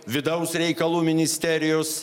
vidaus reikalų ministerijos